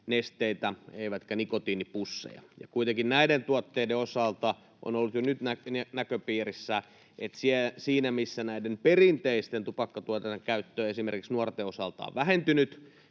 nesteitä eivätkä nikotiinipusseja. Kuitenkin näiden tuotteiden osalta on ollut jo nyt näköpiirissä, että siinä missä näiden perinteisten tupakkatuotteiden käyttö esimerkiksi nuorten osalta on vähentynyt,